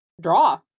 draw